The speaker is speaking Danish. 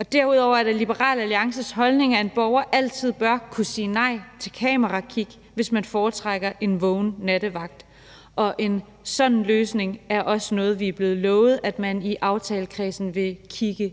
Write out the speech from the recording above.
I den forbindelse er det Liberal Alliances holdning, at en borger altid bør kunne sige nej til kamerakig, hvis vedkommende foretrækker en vågen nattevagt. En sådan løsning er også noget, vi er blevet lovet at man i aftalekredsen vil kigge